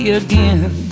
again